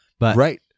right